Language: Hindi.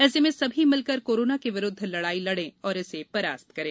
ऐसे में सभी मिलकर कोरोना के विरुद्ध लड़ाई लड़े और इसे परास्त करें